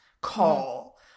call